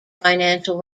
financial